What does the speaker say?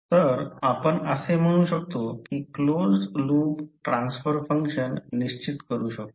तर आपण असे म्हणू शकतो की क्लोज्ड लूप ट्रान्सफर फंक्शन निश्चित करू शकतो